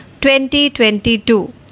2022